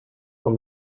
from